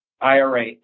IRA